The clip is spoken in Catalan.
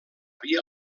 via